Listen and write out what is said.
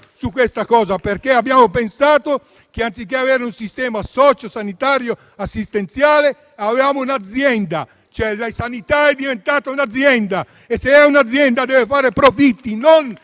su questo, perché abbiamo pensato che, anziché avere un sistema sociosanitario assistenziale, avevamo un'azienda: la sanità è diventata un'azienda e, se è un'azienda, deve fare profitti, non